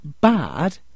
bad